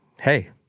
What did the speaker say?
Hey